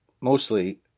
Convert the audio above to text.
mostly